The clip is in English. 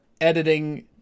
editing